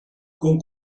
con